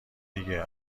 دیگه